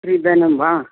free धनं वा